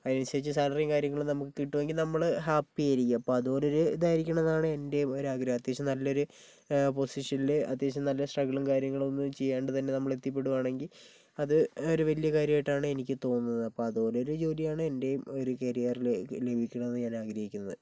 അതിനനുസരിച്ച് സാലറിയും കാര്യങ്ങളും നമുക്ക് കിട്ടുമെങ്കിൽ നമ്മള് ഹാപ്പി ആയിരിക്കും അപ്പോൾ അതുപോലൊരു ഇതായിരിക്കണം എന്നാണ് എൻ്റെയും ഒരാഗ്രഹം അത്യാവശ്യം നല്ല ഒര് പൊസിഷനില് അത്യാവശ്യം നല്ല സ്ട്രഗിളും കാര്യങ്ങൾ ഒന്നും ചെയ്യാണ്ട് തന്നേ നമ്മള് എത്തിപ്പെടുവാണെങ്കിൽ അത് ഒരു വലിയ കാര്യമായിട്ടാണ് എനിക്ക് തോന്നുന്നത് അപ്പോൾ അതേപോലോരു ജോലിയാണ് എൻ്റേയും ഒരു കരിയറിലേക്ക് ലഭിക്കണമെന്ന് ഞാൻ ആഗ്രഹിക്കുന്നത്